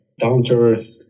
Down-to-earth